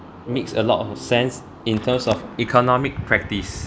makes a lot of sense in terms of economic practice